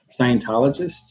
Scientologists